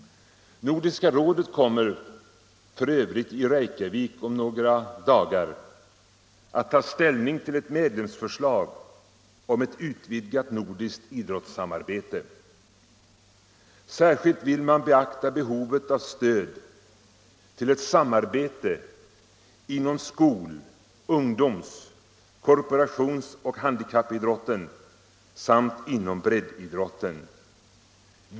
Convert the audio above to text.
Nordiska rådet kommer f. ö. i Reykjavik, om några dagar, att ta ställning till ett medlemsförslag om ett utvidgat nordiskt idrottssamarbete. Särskilt vill man beakta behovet av stöd till samarbete inom skol-, ungdoms-, korporationsoch handikappidrotten samt inom breddidrotten.